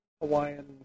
Hawaiian